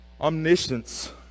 Omniscience